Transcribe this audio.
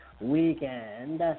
Weekend